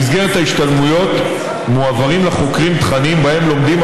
במסגרת ההשתלמויות מועברים לחוקרים תכנים שבהם לומדים